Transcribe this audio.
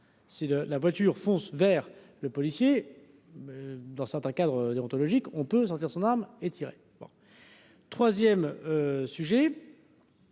de la voiture fonce vers le policier dans certains cadre déontologique, on peut sortir son arme et tiré, bon 3ème sujet.